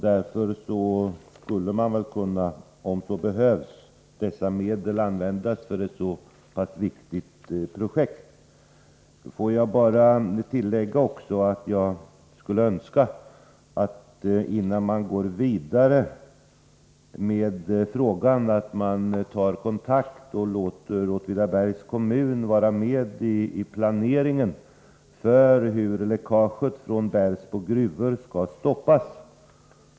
Därför skulle man väl kunna, om så behövs, använda dessa medel för ett så pass viktigt projekt. Får jag bara tillägga att jag skulle önska att man, innan man går vidare med frågan, tar kontakt med Åtvidabergs kommun och låter kommunen vara med i planeringen av hur läckaget från Bersbo gruvor skall stoppas.